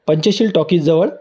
Panchsheel टॉकीजजवळ